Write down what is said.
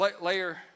Layer